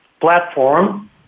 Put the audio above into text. platform